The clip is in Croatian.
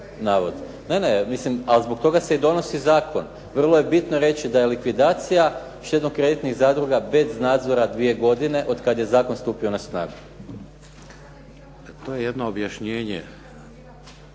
To je jedno objašnjenje.